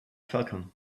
falcon